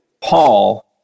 Paul